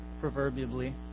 proverbially